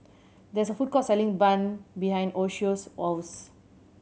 there is a food court selling bun behind Yoshio's house